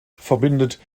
verbindet